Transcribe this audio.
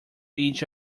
each